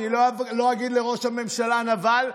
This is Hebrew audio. אני לא אגיד לראש הממשלה "נבל",